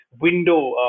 window